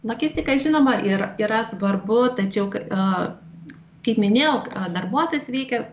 logistika žinoma ir yra svarbu tačiau a kaip minėjau darbuotojas veikia